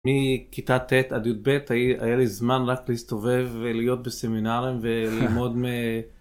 מכיתה ט' עד י"ב היה לי זמן רק להסתובב ולהיות בסמינרים וללמוד מ...